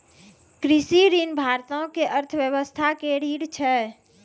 कृषि ऋण भारतो के अर्थव्यवस्था के रीढ़ छै